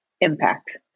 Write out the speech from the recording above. impact